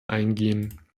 eingehen